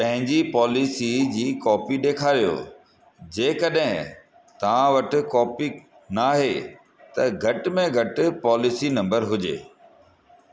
पंहिंजी पालिसी जी कॉपी डे॒खारियो जेकॾहिं तां वटि कॉपी नाहे त घटि में घटि पॉलीसी नम्बर हुजे